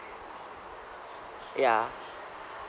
ya